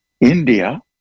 india